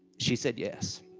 she said yes